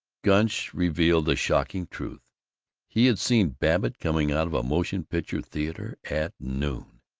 gunch revealed the shocking truth he had seen babbitt coming out of a motion-picture theater at noon!